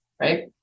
Right